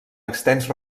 extens